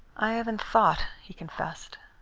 i haven't thought, he confessed.